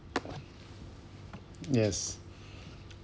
yes